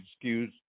excuse